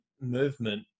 movement